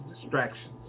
distractions